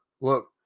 look